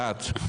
מי בעד?